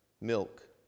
milk